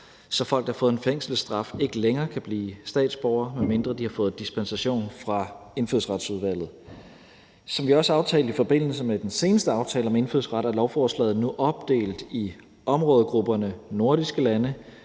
så folk, der har fået en fængselsstraf, ikke længere kan blive statsborgere, medmindre de har fået dispensation fra Indfødsretsudvalget. Som vi også aftalte i forbindelse med den seneste aftale om indfødsret, er lovforslaget nu opdelt i områdegrupperne nordiske lande,